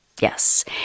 yes